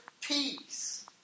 peace